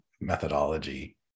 methodology